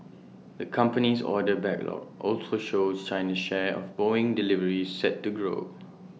the company's order backlog also shows China's share of boeing deliveries set to grow